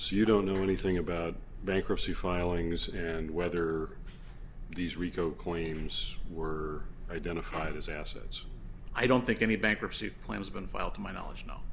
so you don't know anything about bankruptcy filings and whether these rico coins were identified as assets i don't think any bankruptcy plan has been filed to my knowledge no